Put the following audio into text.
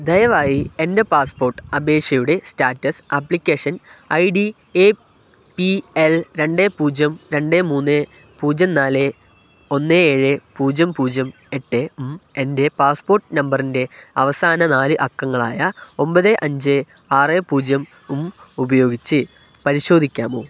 ദയവായി എൻ്റെ പാസ്പോര്ട്ട് അപേക്ഷയുടെ status application I D A P L രണ്ട് പൂജ്യം രണ്ട് മൂന്ന് പൂജ്യം നാല് ഒന്ന് ഏഴ് പൂജ്യം പൂജ്യം എട്ടും എൻ്റെ പാസ്പോര്ട്ട് നമ്പറിൻ്റെ അവസാന നാലക്കങ്ങളായ ഒമ്പത് അഞ്ച് ആറ് പൂജ്യവും ഉപയോഗിച്ചു പരിശോധിക്കാമോ